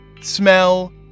smell